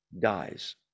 dies